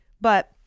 But-